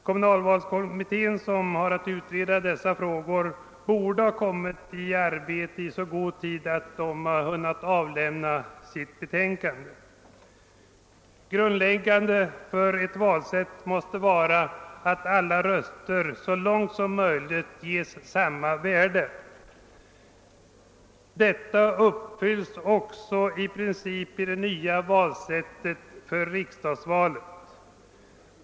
Kommunalvalskommittén, som har att utreda dessa frågor, borde ha börjat sitt arbete i så god tid att de hunnit avlämna sitt betänkande. Grundläggande för ett valsätt måste vara att alla röster så långt möjligt får lika värde. Detta uppfylls också i princip i det nya valsättet för riksdagsvalet.